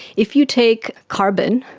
if you take carbon,